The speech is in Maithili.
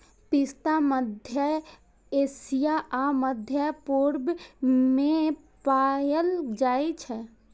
पिस्ता मध्य एशिया आ मध्य पूर्व मे पाएल जाइ छै